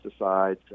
pesticides